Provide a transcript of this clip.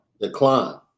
decline